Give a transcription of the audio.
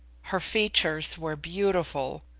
her features were beautiful,